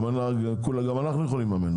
גם אנחנו יכולים לממן.